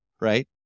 right